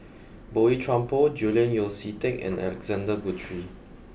Boey Chuan Poh Julian Yeo See Teck and Alexander Guthrie